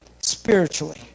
spiritually